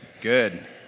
Good